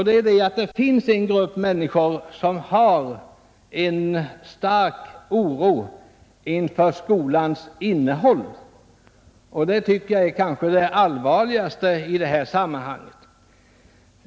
Det finns en grupp människor som har en stark oro inför skolans innehåll, och det tycker jag är allvarligt i detta sammanhang.